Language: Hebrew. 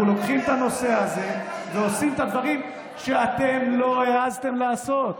אנחנו לוקחים את הנושא הזה ועושים את הדברים שאתם לא העזתם לעשות.